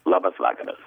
labas vakaras